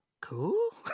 Cool